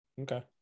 okay